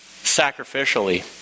sacrificially